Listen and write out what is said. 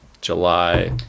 July